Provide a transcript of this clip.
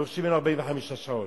דורשים ממנו 45 שעות,